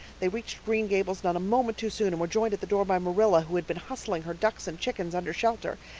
they reached green gables not a moment too soon and were joined at the door by marilla, who had been hustling her ducks and chickens under shelter.